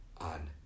on